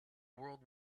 world